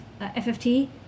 FFT